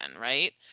Right